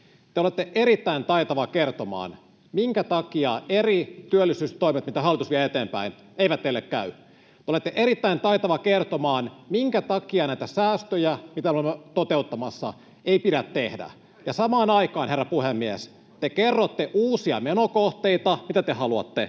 te olette erittäin taitava kertomaan, minkä takia eri työllisyystoimet, mitä hallitus vie eteenpäin, eivät teille käy. Te olette erittäin taitava kertomaan, minkä takia näitä säästöjä, mitä me olemme toteuttamassa, ei pidä tehdä, ja samaan aikaan, herra puhemies, te kerrotte uusia menokohteita, mitä te haluatte